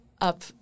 up